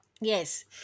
Yes